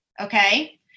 Okay